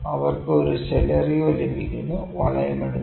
അവർക്ക് ഒരു സെലെറിയോ ലഭിക്കുന്നു വളയം ഇടുന്നു